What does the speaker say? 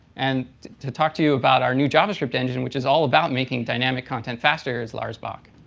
and to talk to you about our new javascript engine which is all about making dynamic content faster is lars bak.